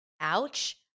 Ouch